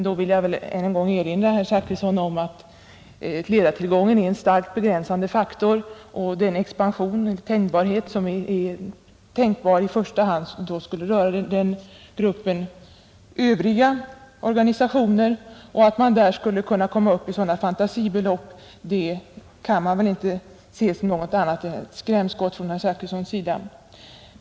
Då vill jag ännu en gång erinra herr Zachrisson om att ledartillgången är en starkt begränsande faktor och att den expansion som är tänkbar i första hand skulle kunna röra gruppen övriga organisationer, Att man då skulle kunna komma upp i sådana fantasibelopp kan väl inte uppfattas som någonting annat än skrämskott från herr Zachrisson.